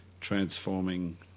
transforming